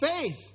faith